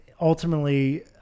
ultimately